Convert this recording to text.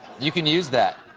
you can use that.